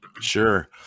Sure